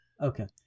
Okay